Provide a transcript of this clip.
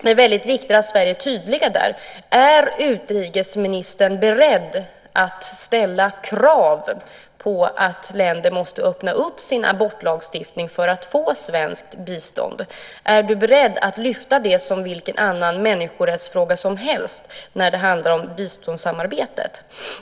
Det är väldigt viktigt att Sverige är tydligt där. Är utrikesministern beredd att ställa krav på att länder måste öppna upp sin abortlagstiftning för att få svenskt bistånd? Är du beredd att lyfta fram detta som vilken annan människorättsfråga som helst när det handlar om biståndssamarbetet?